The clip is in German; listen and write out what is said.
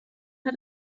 hat